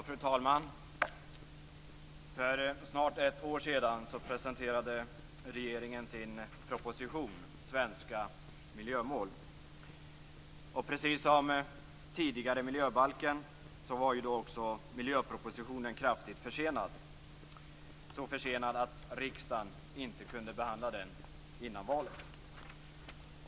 Fru talman! För snart ett år sedan presenterade regeringen sin proposition om svenska miljömål. Precis som tidigare miljöbalken var miljöpropositionen kraftigt försenad, så försenad att riksdagen inte kunde behandla den innan valet.